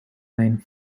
nine